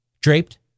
draped